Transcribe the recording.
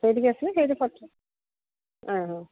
ସେଇଠିକି ଆସିବେ ସେଇଠି ଫଟୋ ଆଁ ହଁ